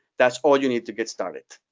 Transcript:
that's all you need to get started.